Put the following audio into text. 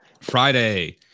Friday